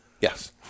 Yes